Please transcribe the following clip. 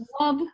love